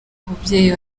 umubyeyi